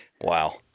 Wow